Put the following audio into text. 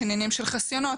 יש עניינים של חסיונות,